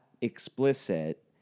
explicit